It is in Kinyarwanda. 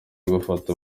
gufata